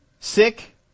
Sick